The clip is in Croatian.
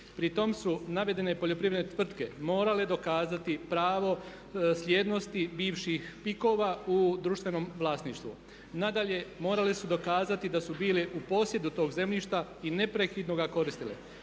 Pri tome su navedene poljoprivredne tvrtke morale dokazati pravo slijednosti bivših pikova u društvenom vlasništvu. Nadalje, morale su dokazati da su bili u posjedu tog zemljišta i neprekidno ga koristile.